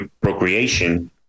procreation